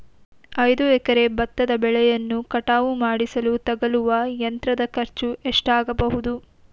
ಐದು ಎಕರೆ ಭತ್ತ ಬೆಳೆಯನ್ನು ಕಟಾವು ಮಾಡಿಸಲು ತಗಲುವ ಯಂತ್ರದ ಖರ್ಚು ಎಷ್ಟಾಗಬಹುದು?